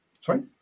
Sorry